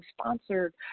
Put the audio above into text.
sponsored